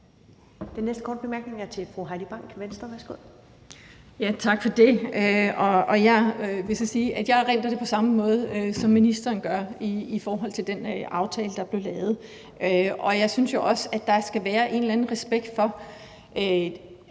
Den næste korte bemærkning er fra fru Heidi Bank, Venstre. Værsgo. Kl. 13:36 Heidi Bank (V): Tak for det. Jeg vil så sige, at jeg erindrer det på samme måde, som ministeren gør, i forhold til den aftale, der blev lavet. Jeg synes jo også, at der skal være en eller anden respekt for,